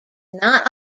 not